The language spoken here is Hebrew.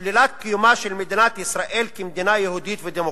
"(1) שלילת קיומה של מדינת ישראל כמדינה יהודית ודמוקרטית".